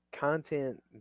content